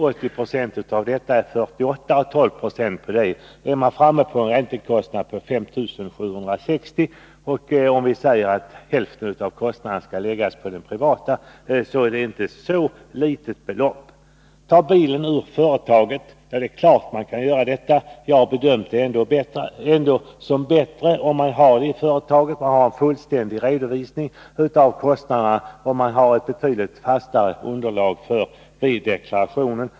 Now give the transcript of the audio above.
80 20 av det är 48 000 kr. 12 96 på det leder fram till en räntekostnad på 5 760 kr. Om vi säger att hälften av kostnaden skall läggas på den privata sidan, kan vi konstatera att det inte är ett så litet belopp. Ta bilen ur företaget! säger Erik Wärnberg. Det är klart att man kan göra det. Jag har ändå bedömt det vara bättre att man har bilen i företaget. Då får man en fullständig redovisning av kostnaderna och ett betydligt fastare underlag för bildeklarationen.